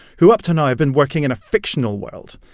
who up till now have been working in a fictional world,